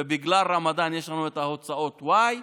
ובגלל הרמדאן יש לנו הוצאות y,